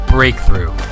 Breakthrough